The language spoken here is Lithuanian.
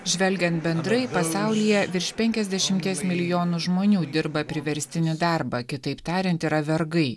žvelgiant bendrai pasaulyje virš penkiasdešimties milijonų žmonių dirba priverstinį darbą kitaip tariant yra vergai